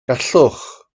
gallwch